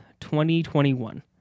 2021